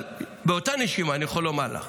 אבל באותה נשימה אני יכול לומר לך